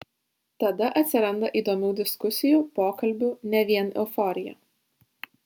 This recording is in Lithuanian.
tada atsiranda įdomių diskusijų pokalbių ne vien euforija